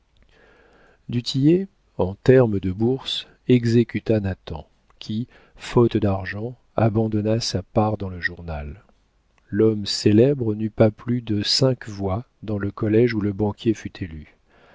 tillet en terme de bourse exécuta nathan qui faute d'argent abandonna sa part dans le journal l'homme célèbre n'eut pas plus de cinq voix dans le collége où le banquier fut élu